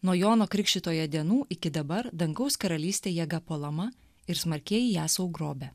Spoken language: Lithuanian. nuo jono krikštytojo dienų iki dabar dangaus karalystė jėga puolama ir smarkieji ją sau grobia